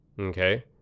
Okay